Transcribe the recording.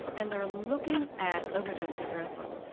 and they're looking at overdose reversals,